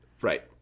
Right